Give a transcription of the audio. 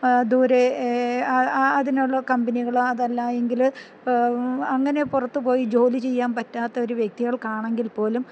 ദൂരെ അതിനുള്ള കമ്പനികള് അതല്ലായെങ്കില് അങ്ങനെ പുറത്ത് പോയി ജോലി ചെയ്യാൻ പറ്റാത്ത ഒരു വ്യക്തികൾക്കാണെങ്കിൽ പോലും